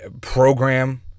program